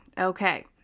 Okay